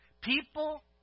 People